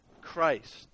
Christ